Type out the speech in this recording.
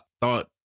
thought